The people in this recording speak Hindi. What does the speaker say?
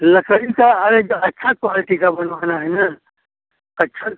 लकड़ी का अरे जो अच्छा क्वालटी का बनवाना है ना अच्छा